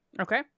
Okay